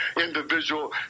individual